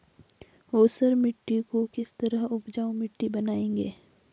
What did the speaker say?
ऊसर मिट्टी को किस तरह उपजाऊ मिट्टी बनाएंगे?